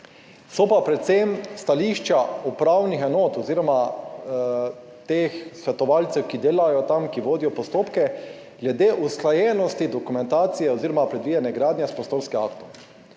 so pa predvsem s stališča upravnih enot oziroma teh svetovalcev, ki delajo tam, ki vodijo postopke glede usklajenosti dokumentacije oziroma predvidene gradnje s prostorskim aktom.